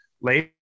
later